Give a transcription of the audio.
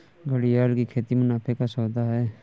घड़ियाल की खेती मुनाफे का सौदा है